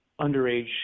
underage